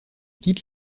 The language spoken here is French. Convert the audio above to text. quitte